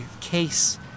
case